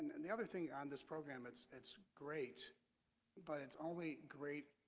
and the other thing on this program, it's it's great but it's only great.